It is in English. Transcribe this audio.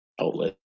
outlet